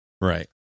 Right